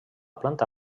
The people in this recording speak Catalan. planta